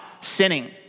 sinning